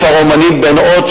כפר האמנים בעין-הוד,